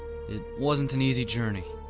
it wasn't an easy journey.